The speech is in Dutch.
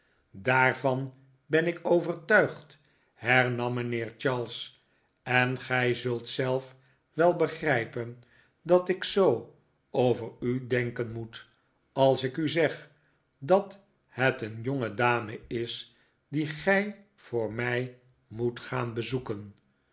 daarvan ben ik overtuigd hernam mijnheer charles en gij zult zelf wel begrijpen dat ik zoo over u denken moet als ik u zeg dat het een jongedame is die gij voor mij moet gaan bezoeken